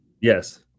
Yes